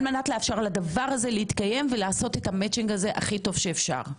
על מנת לאפשר לדבר הזה להתקיים ולעשות את המצ'ינג הזה הכי טוב שאפשר?